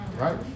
right